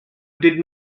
did